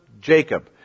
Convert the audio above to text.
Jacob